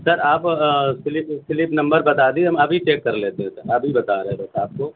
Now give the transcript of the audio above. سر آپ slip slip number بتا دیجیے ہم ابھی چیک کر لیتے ہیں سر ابھی بتا رہے بس آپ کو